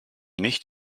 nicht